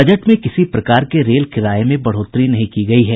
budget में किसी प्रकार के रेल किराये में बढ़ोतरी नहीं की गयी है